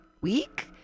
week